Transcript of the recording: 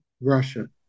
Russia